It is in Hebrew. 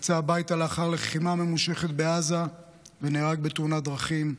יצא הביתה לאחר לחימה ממושכת בעזה ונהרג בתאונת דרכים,